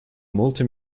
multi